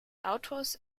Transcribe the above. autors